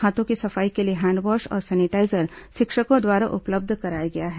हाथों की सफाई के लिए हैंडवाश और सैनिटाईजर शिक्षकों द्वारा उपलब्ध कराया गया है